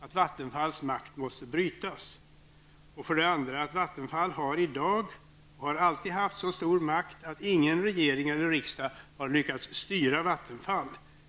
att Vattenfalls makt måste brytas. För det andra menar vi att Vattenfall i dag har och alltid har haft så stor makt att ingen regering eller riksdag har lyckats styra Vattenfall.